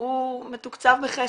מתוקצב בחסר.